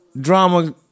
Drama